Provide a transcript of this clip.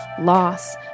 loss